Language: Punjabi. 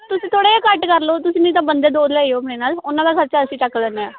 ਤੁਸੀਂ ਥੋੜ੍ਹਾ ਜਿਹਾ ਘੱਟ ਕਰ ਲਓ ਤੁਸੀਂ ਨਹੀਂ ਤਾਂ ਬੰਦੇ ਦੋ ਲਇਓ ਮੇਰੇ ਨਾਲ ਉਹਨਾਂ ਦਾ ਖਰਚਾ ਅਸੀਂ ਚੁੱਕ ਲੈਂਦੇ ਹਾਂ